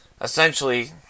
Essentially